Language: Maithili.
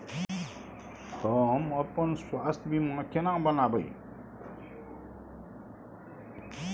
हम अपन स्वास्थ बीमा केना बनाबै?